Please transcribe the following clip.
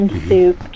soup